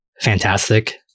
fantastic